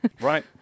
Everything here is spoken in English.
Right